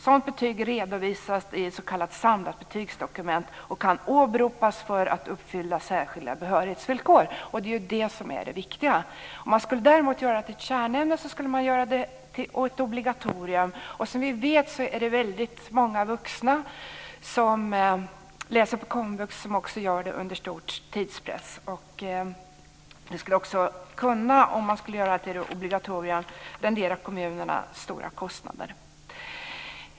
Sådant betyg redovisas i s.k. samlat betygsdokument och kan åberopas för att uppfylla särskilda behörighetsvillkor". Det är det viktiga, inte att göra det till ett kärnämne och ett obligatorium. Som vi vet är det väldigt många vuxna som läser på komvux under stor tidspress. Om man skulle göra detta till ett obligatorium skulle det också kunna rendera kommunerna stora kostnader.